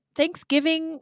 Thanksgiving